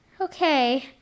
Okay